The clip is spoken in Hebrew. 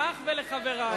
לך ולחברייך,